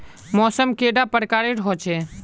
मौसम कैडा प्रकारेर होचे?